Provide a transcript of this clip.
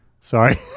Sorry